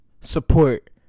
support